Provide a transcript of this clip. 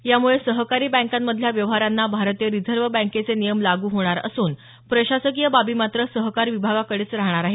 यामुळे सहकारी बँकांमधल्या व्यवहारांना भारतीय रिझर्व्ह बँकेचे नियम लागू होणार असून प्रशासकीय बाबी मात्र सहकार विभागाकडेच राहणार आहेत